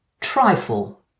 Trifle